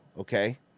okay